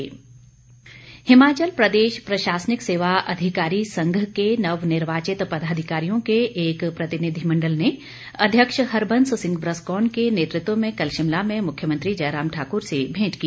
भेंट हिमाचल प्रदेश प्रशासनिक सेवा अधिकारी संघ के नवनिर्वाचित पदाधिकारियों के एक प्रतिनिधिमंडल ने अध्यक्ष हरबंस सिंह ब्रसकोन के नेतृत्व में कल शिमला में मुख्यमंत्री जयराम ठाकुर से भेंट की